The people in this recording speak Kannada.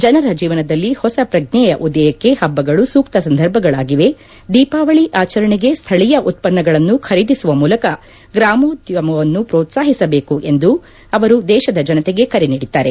ಜನರ ಜೀವನದಲ್ಲಿ ಹೊಸ ಪ್ರಜ್ಞೆಯ ಉದಯಕ್ಕೆ ಹಬ್ಬಗಳು ಸೂಕ್ತ ಸಂದರ್ಭಗಳಾಗಿವೆ ದೀಪಾವಳಿ ಆಚರಣೆಗೆ ಸ್ಥಳೀಯ ಉತ್ಪನ್ನಗಳನ್ನು ಖರೀದಿಸುವ ಮೂಲಕ ಗ್ರಾಮೋದ್ಯಮವನ್ನು ಪ್ರೋತ್ಸಾಹಿಸಬೇಕು ಎಂದು ಅವರು ದೇಶದ ಜನತೆಗೆ ಕರೆ ನೀಡಿದ್ದಾರೆ